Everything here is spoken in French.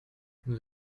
nous